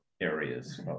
areas